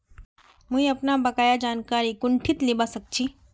मुई अपनार बकायार जानकारी कुंठित लिबा सखछी